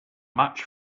much